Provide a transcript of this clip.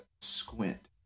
squint